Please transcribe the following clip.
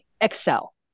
excel